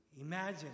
Imagine